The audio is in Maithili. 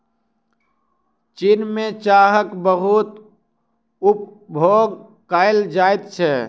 चीन में चाहक बहुत उपभोग कएल जाइत छै